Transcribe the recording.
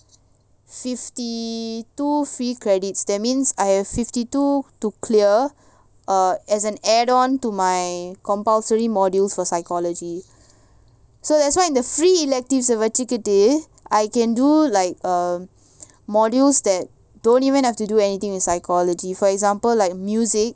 fifty two free credit that means I have fifty two to clear or as an add on to my compulsory modules for psychology so that's why the free electives வச்சிக்கிட்டு:vachikitu I can do like um modules that don't even have to do anything in psychology for example like music